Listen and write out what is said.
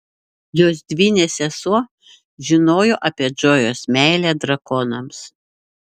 jos dvynė sesuo žinojo apie džojos meilę drakonams